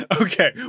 Okay